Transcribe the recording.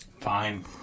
Fine